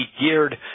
geared